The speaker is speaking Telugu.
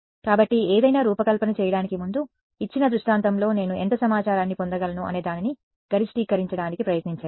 కాబట్టి ఏదైనా రూపకల్పన చేయడానికి ముందు ఇచ్చిన దృష్టాంతంలో నేను ఎంత సమాచారాన్ని పొందగలను అనేదానిని గరిష్టీకరించడానికి ప్రయత్నించండి